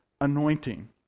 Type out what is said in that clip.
anointing